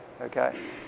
Okay